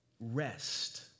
rest